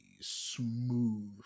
smooth